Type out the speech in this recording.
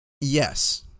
Yes